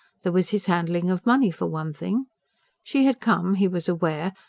there was his handling of money for one thing she had come, he was aware,